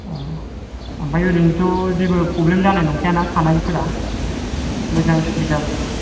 औ आमफ्राइ ओरैनोथ' जेबो प्रब्लेम जानाय नंखायना थानायफोरा मोजां सुबिदा मोनगोन